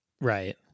Right